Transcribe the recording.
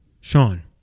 Sean